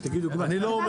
תני דוגמה.